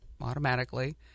automatically